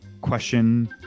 question